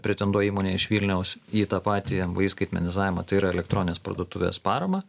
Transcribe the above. pretenduoja įmonė iš vilniaus į tą patį mvį skaitmenizavimą tai yra elektroninės parduotuvės paramą